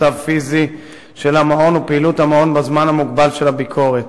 מצב פיזי של המעון ופעילות המעון בזמן המוגבל של הביקורת.